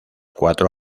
cuatro